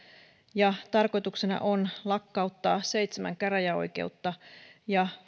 ja tarkoituksena on lakkauttaa seitsemän käräjäoikeutta ja